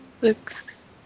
looks